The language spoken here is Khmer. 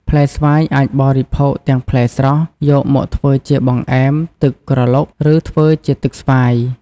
ផ្លែស្វាយអាចបរិភោគទាំងផ្លែស្រស់ យកមកធ្វើជាបង្អែម ទឹកក្រឡុក ឬធ្វើជាទឹកស្វាយ។